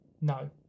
no